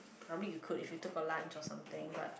from me you could if you took a lunch or something but